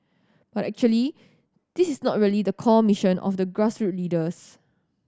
but actually this is not really the core mission of the grassroot leaders